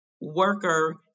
Worker